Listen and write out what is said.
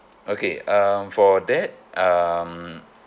okay um for that um